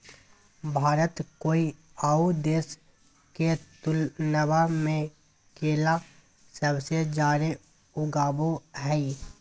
भारत कोय आउ देश के तुलनबा में केला सबसे जाड़े उगाबो हइ